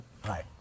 Hi